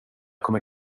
kommer